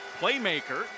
playmaker